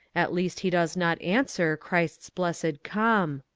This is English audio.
at least he does not answer, christ's blessed come.